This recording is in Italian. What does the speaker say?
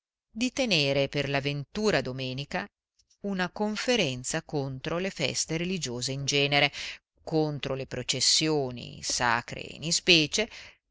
di tenere per la ventura domenica una conferenza contro le feste religiose in genere contro le processioni sacre in ispecie